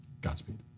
Godspeed